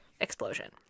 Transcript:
explosion